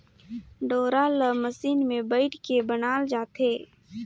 डोरा ल मसीन मे बइट के बनाल जाथे